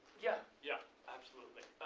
yeah, yeah, absolutely.